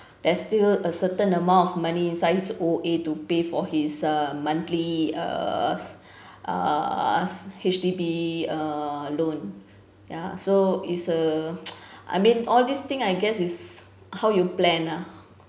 there's still a certain amount of money inside his O_A to pay for his uh monthly uh us us H_D_B uh loan ya so is a I mean all this thing I guess is how you plan lah